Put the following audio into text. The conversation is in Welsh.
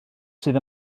sydd